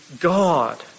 God